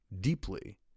deeply